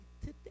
today